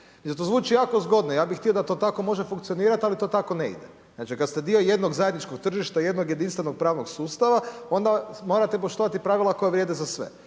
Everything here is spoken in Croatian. To zvuči jako zgodno, ja bi htio da to tako može funkcionirati ali to tako ne ide. Znači kad ste dio jednog zajedničkog tržišta, jednog jedinstvenog pravno sustava, onda morate poštovati pravila koja vrijede za sve.